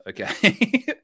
Okay